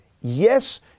Yes